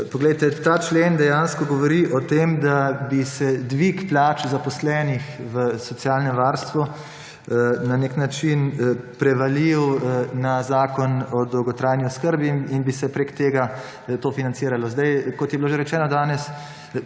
Poglejte, ta člen dejansko govori o tem, da bi se dvig plač zaposlenih v socialnem varstvu na nek način prevalil na Zakon o dolgotrajni oskrbi in bi se preko tega to financiralo. Zdaj, kot je bilo že rečeno danes,